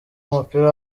umupira